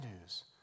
news